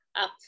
up